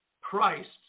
Christ